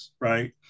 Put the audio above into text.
right